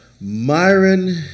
Myron